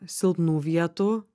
silpnų vietų